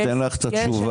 אתן לך את התשובה.